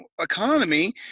economy